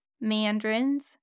mandarins